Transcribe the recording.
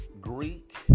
Greek